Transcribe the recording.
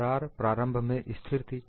दरार प्रारंभ में स्थिर थी